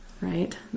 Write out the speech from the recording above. right